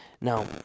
now